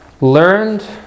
learned